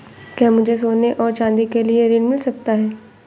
क्या मुझे सोने और चाँदी के लिए ऋण मिल सकता है?